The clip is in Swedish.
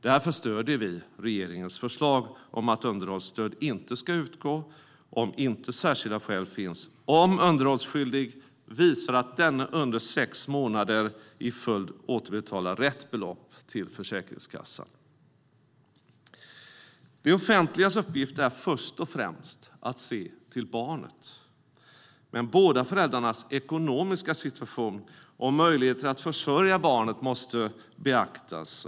Därför stöder vi regeringens förslag om att underhållsstöd inte ska utgå om inte särskilda skäl finns och om den underhållsskyldige visar att denne under sex månader i följd återbetalat rätt belopp till Försäkringskassan. Det offentligas uppgift är först och främst att se till barnet, men båda föräldrarnas ekonomiska situation och möjligheter att försörja barnet måste beaktas.